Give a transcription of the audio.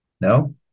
No